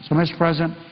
so mr. president,